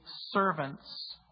servants